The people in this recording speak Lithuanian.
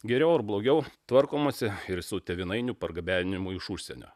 geriau ar blogiau tvarkomasi ir su tėvynainių pargabenimu iš užsienio